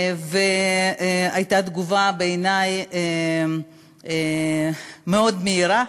והייתה תגובה בעיני מאוד מהירה,